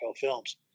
films